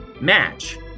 match